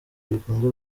bikunze